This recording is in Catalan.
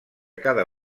cada